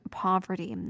poverty